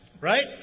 right